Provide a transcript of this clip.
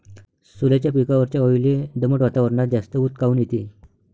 सोल्याच्या पिकावरच्या अळीले दमट वातावरनात जास्त ऊत काऊन येते?